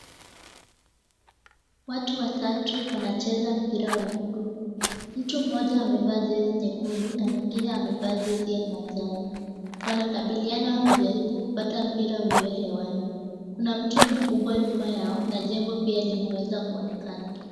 Watu watatu wanacheza mpira wa miguu. Mtu mmoja amevaa jezi nyekundu na mwingine amevaa jezi ya manjano. Wanakabiliana wakijaribu kupata mpira ulio hewani. Kuna mti mkubwa nyuma yao na jengo pia linaweza kuonekana.